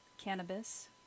cannabis